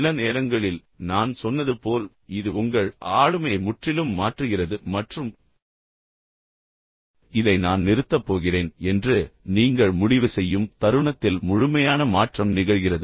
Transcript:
சில நேரங்களில் நான் சொன்னது போல் இது உங்கள் ஆளுமையை முற்றிலும் மாற்றுகிறது மற்றும் இதை நான் நிறுத்தப் போகிறேன் என்று நீங்கள் முடிவு செய்யும் தருணத்தில் முழுமையான மாற்றம் நிகழ்கிறது